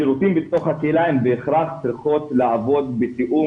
שירותים בתוך הקהילה הם בהכרח צריכים לעבוד בתאום